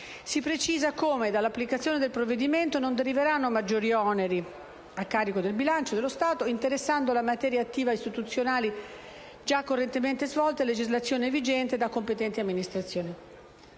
Si precisa come dall'applicazione del provvedimento non deriveranno maggiori oneri a carico del bilancio dello Stato, interessando la materia attività istituzionali già correntemente svolte a legislazione vigente da competenti amministrazioni.